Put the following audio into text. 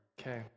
Okay